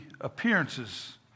appearances